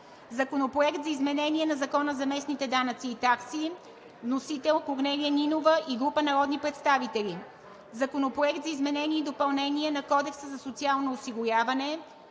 Законопроект за изменение на Закона за местните данъци и такси. Внесен е от Корнелия Нинова и група народни представители. Законопроект за изменение и допълнение на Кодекса за социално осигуряване.